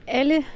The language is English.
alle